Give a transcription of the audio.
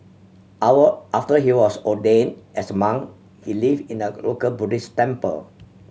our after he was ordain as monk he live in a local Buddhist temple